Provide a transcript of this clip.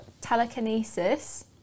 telekinesis